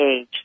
age